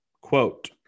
Quote